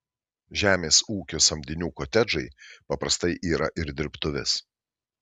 žemės ūkio samdinių kotedžai paprastai yra ir dirbtuvės